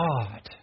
God